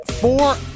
four